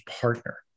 partner